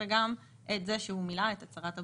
וגם את זה שהוא מילא את הצהרת הבריאות.